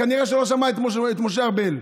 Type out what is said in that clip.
כנראה שלא שמעת את משה ארבל.